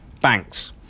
banks